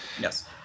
Yes